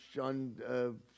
on